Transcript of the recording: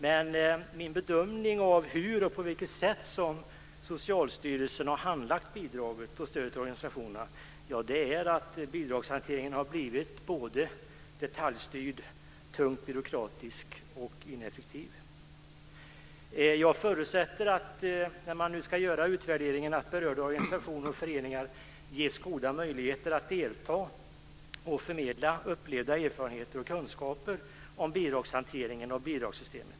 Men min bedömning av hur och på vilket sätt som Socialstyrelsen har handlagt bidraget och stödet till organisationerna är att bidragshanteringen har blivit både detaljstyrd, tungt byråkratisk och ineffektiv. När man nu ska göra en utvärdering förutsätter jag att berörda organisationer och föreningar ges goda möjligheter att delta och förmedla upplevda erfarenheter och kunskaper om hanteringen av bidragssystemet.